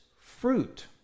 fruit